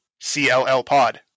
CLLPOD